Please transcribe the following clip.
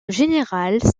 générale